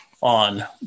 on